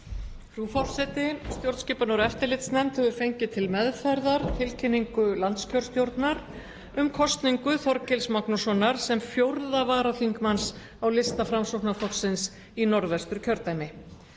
Forseti. Stjórnskipunar- og eftirlitsnefnd hefur fengið til meðferðar tilkynningu landskjörstjórnar um kosningu Þorgils Magnússonar sem 4. varaþingmanns á lista Framsóknarflokksins í Norðvesturkjördæmi.